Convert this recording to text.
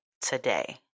today